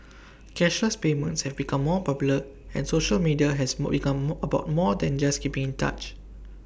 cashless payments have become more popular and social media has more become more about more than just keeping in touch